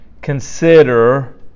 consider